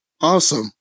Awesome